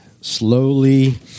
slowly